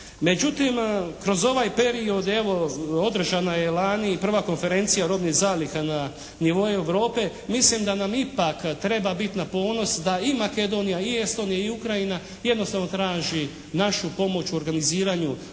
Međutim, kroz ovaj period evo održana je lani i prva konferencija robnih zaliha na nivou Europe. Mislim da nam ipak treba biti na ponos da i Makedonija, i Estonija, i Ukrajina jednostavno traži našu pomoć u organiziranju svojih